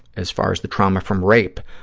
as far as the trauma from rape,